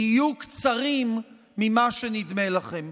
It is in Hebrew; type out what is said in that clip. יהיו קצרים ממה שנדמה לכם.